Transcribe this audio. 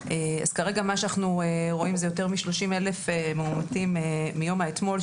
אז כרגע מה שאנחנו רואים זה יותר מ-30,000 מאומתים מיום האתמול,